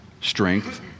strength